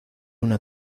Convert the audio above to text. una